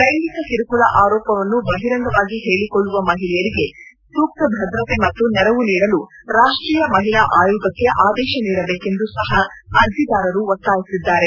ಲೈಂಗಿಕ ಕಿರುಕುಳ ಆರೋಪವನ್ನು ಬಹಿರಂಗವಾಗಿ ಹೇಳಿಕೊಳ್ಳುವ ಮಹಿಳೆಯರಿಗೆ ಸೂಕ್ತ ಭದ್ರತೆ ಮತ್ತು ನೆರವು ನೀಡಲು ರಾಷ್ಟೀಯ ಮಹಿಳಾ ಆಯೋಗಕ್ಕೆ ಆದೇಶ ನೀಡಬೇಕೆಂದು ಸಹ ಅರ್ಜಿದಾರರು ಒತ್ತಾಯಿಸಿದ್ದಾರೆ